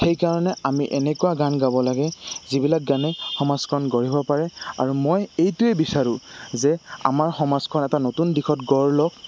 সেইকাৰণে আমি এনেকুৱা গান গাব লাগে যিবিলাক গানেই সমাজখন গঢ়িব পাৰে আৰু মই এইটোৱেই বিচাৰোঁ যে আমাৰ সমাজখন এটা নতুন দিশত গঢ় লওক